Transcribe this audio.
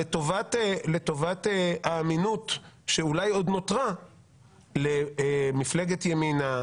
לטובת האמינות שאולי עוד נותרה למפלגת ימינה,